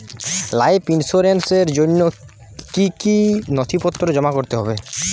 Life ইন্সুরেন্সর জন্য জন্য কি কি নথিপত্র জমা করতে হবে?